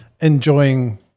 enjoying